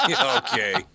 Okay